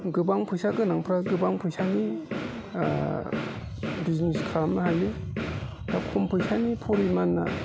गोबां फैसागोनांफ्रा गोबां फैसानि बिजनेस खालामनो हायो बा खम फैसानि फरिमानानि